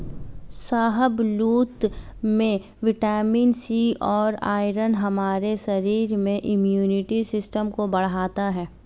शाहबलूत में vitamin C और आयरन हमारे शरीर में इम्युनिटी सिस्टम को बढ़ता है